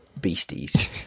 beasties